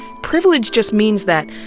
privilege just means that,